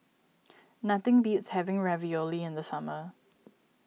nothing beats having Ravioli in the summer